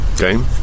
Okay